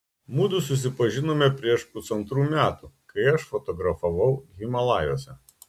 mudu susipažinome prieš pusantrų metų kai aš fotografavau himalajuose